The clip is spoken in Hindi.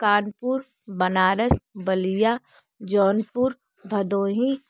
कानपुर बनारस बलिया जौनपुर भदोही